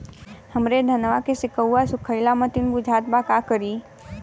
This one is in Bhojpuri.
हमरे धनवा के सीक्कउआ सुखइला मतीन बुझात बा का करीं?